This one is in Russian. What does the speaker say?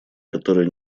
которая